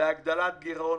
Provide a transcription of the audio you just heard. להגדלת גירעון,